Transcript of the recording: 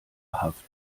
haft